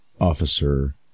officer